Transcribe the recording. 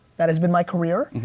that has been my career.